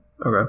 Okay